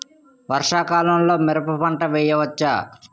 వర్షాకాలంలో మిరప పంట వేయవచ్చా?